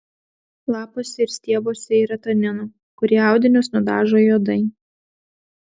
lapuose ir stiebuose yra taninų kurie audinius nudažo juodai